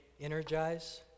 energize